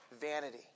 vanity